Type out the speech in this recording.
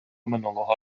минулого